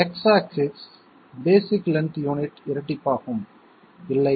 X axis basic length unit இரட்டிப்பாகும் இல்லை